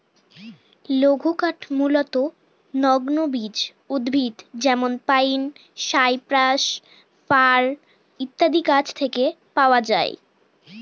লঘুকাঠ মূলতঃ নগ্নবীজ উদ্ভিদ যেমন পাইন, সাইপ্রাস, ফার ইত্যাদি গাছের থেকে পাওয়া যায়